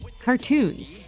cartoons